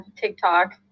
TikTok